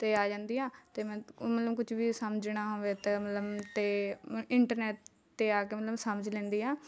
'ਤੇ ਆ ਜਾਂਦੀ ਹਾਂ ਅਤੇ ਮੈਂ ਮਤਲਬ ਕੁਛ ਵੀ ਸਮਝਣਾ ਹੋਵੇ ਅਤੇ ਮਤਲਬ ਅਤੇ ਮੈਂ ਇੰਟਰਨੈੱਟ 'ਤੇ ਆ ਕੇ ਮਤਲਬ ਸਮਝ ਲੈਂਦੀ ਹਾਂ